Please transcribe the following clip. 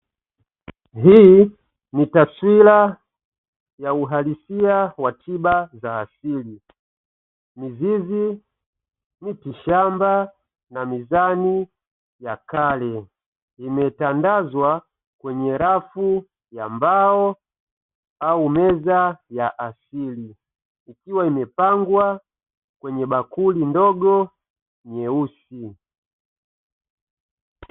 Hii ni taswira ya uhalisia wa tiba za asili. Mizizi, mitishamba na mizani ya kale; imetandazwa kwenye rafu ya mbao au meza ya asili, ikiwa imepangwa kwenye bakuli ndogo nyeusi.